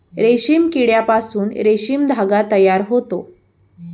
रेशीम किड्यापासून रेशीम धागा तयार होतो